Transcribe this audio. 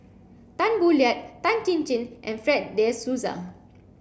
Tan Boo Liat Tan Chin Chin and Fred de Souza